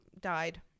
died